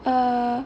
uh